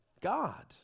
God